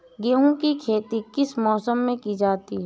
गेहूँ की खेती किस मौसम में की जाती है?